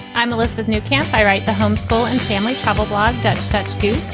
i'm elizabeth new. can't see right to home school and family travel blog that statue.